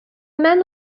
men